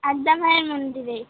আদ্যা মায়ের মন্দিরে